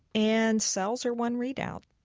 and cells are one readout.